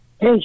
Hey